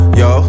yo